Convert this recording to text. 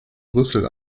brüssel